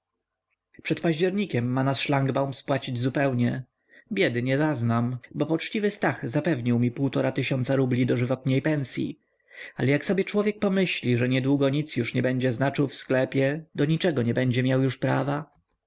przed październikiem ma nas szlangbaum spłacić zupełnie biedy nie zaznam bo poczciwy stach zapewnił mi półtora tysiąca rubli dożywotniej pensyi ale jak sobie człowiek pomyśli że niedługo nic już nie będzie znaczył w sklepie do niczego nie będzie miał już prawa